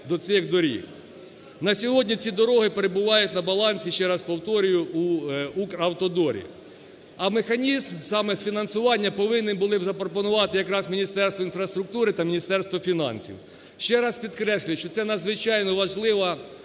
На сьогодні ці дороги перебувають на балансі, ще раз повторюю, у "Укравтодорі". А механізм саме з фінансування повинні були б запропонувати якраз Міністерство інфраструктури та Міністерство фінансів. Ще раз підкреслюю, що це надзвичайно важлива